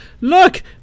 look